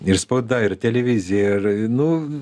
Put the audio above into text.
ir spauda ir televizija ir nu